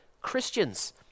Christians